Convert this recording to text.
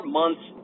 months